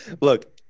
Look